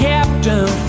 Captain